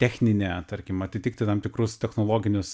techninė tarkim atitikti tam tikrus technologinius